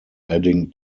adding